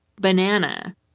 banana